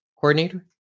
coordinator